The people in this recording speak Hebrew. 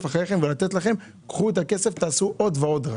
אחריכם ולתת לכם את הכסף ותעשו עוד ועוד.